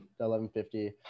1150